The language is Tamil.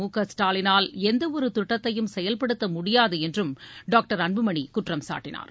முகஸ்டாலினால் எந்தவொரு திட்டத்தையும் செயல்படுத்த முடியாது என்றும் டாக்டர் அன்புமணி குற்றம் சாட்டினார்